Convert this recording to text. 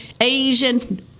Asian